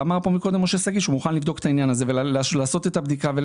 אמר כאן קודם משה שגיא שהוא מוכן לבדוק את העניין הזה ולעשות את הבדיקה.